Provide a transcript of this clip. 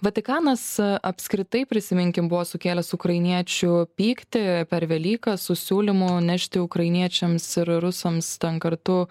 vatikanas apskritai prisiminkim buvo sukėlęs ukrainiečių pyktį per velykas su siūlymu nešti ukrainiečiams ir rusams ten kartu